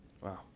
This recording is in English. Wow